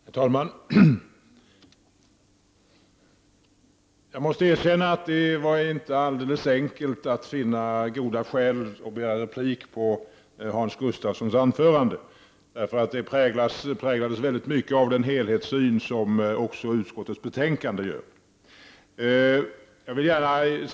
Herr talman! Jag måste erkänna att det inte var alldeles enkelt att finna goda skäl för att begära replik på Hans Gustafssons anförande. Det präglades till mycket stor del av den helhetssyn som också utskottets betänkande präglas av.